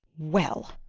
well,